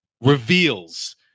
reveals